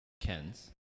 Ken's